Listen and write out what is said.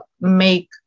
make